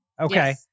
Okay